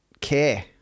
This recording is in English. care